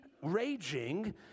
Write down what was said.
Raging